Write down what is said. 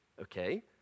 okay